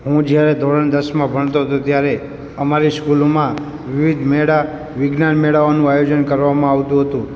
હું જયારે ધોરણ દસમાં ભણતો હતો ત્યારે અમારી સ્કૂલમાં વિવિધ મેળા વિજ્ઞાન મેળાઓનું આયોજન કરવામાં આવતું હતું